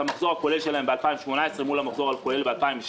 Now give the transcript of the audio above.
את המחזור הכולל שלהם ב-2018 מול המחזור הכולל ב-2017,